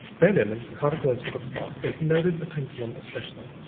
van emmon caught a glimpse of a clock, and he noted the pendulum especially.